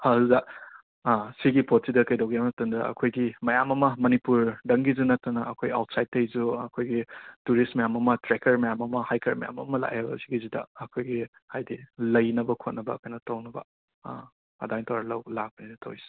ꯑꯗꯨꯗ ꯁꯤꯒꯤ ꯄꯣꯠꯁꯤꯗ ꯀꯩꯗꯧꯒꯦ ꯍꯥꯏꯕ ꯃꯇꯝꯗ ꯑꯩꯈꯣꯏꯒꯤ ꯃꯌꯥꯝ ꯑꯃ ꯃꯅꯤꯄꯨꯔꯗꯪꯒꯤꯖꯨ ꯅꯠꯇꯅ ꯑꯩꯈꯣꯏ ꯑꯥꯎꯠꯁꯥꯏꯠꯇꯩꯖꯨ ꯑꯩꯒꯣꯏꯒꯤ ꯇꯨꯔꯤꯁꯠ ꯃꯌꯥꯝ ꯑꯃ ꯇ꯭ꯔꯦꯀꯔ ꯃꯌꯥꯝ ꯑꯃ ꯍꯥꯏꯀꯔ ꯑꯃ ꯂꯥꯛꯑꯦꯕ ꯁꯤꯒꯤꯖꯤꯗ ꯑꯩꯈꯣꯏꯒꯤ ꯍꯥꯏꯗꯤ ꯂꯩꯅꯕ ꯈꯣꯠꯅꯕ ꯀꯩꯅꯣ ꯇꯧꯅꯕ ꯑꯗꯥꯏꯅ ꯇꯧꯔꯒ ꯂꯧ ꯂꯥꯛꯄꯅꯦꯕ ꯇꯧꯔꯤꯁꯦ